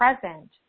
present